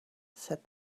said